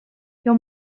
your